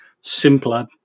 simpler